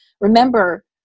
remember